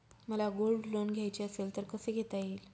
मला gold loan घ्यायचे असेल तर कसे घेता येईल?